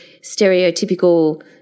stereotypical